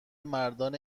مردان